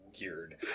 Weird